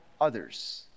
others